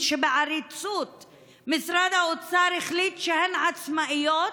שבעריצות משרד האוצר החליט שהן עצמאיות,